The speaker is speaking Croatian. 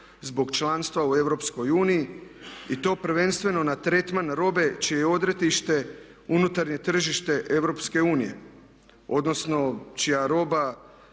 zbog članstva u EU i to prvenstveno na tretman robe čije je odredište unutarnje tržište EU, odnosno čija roba